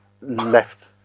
left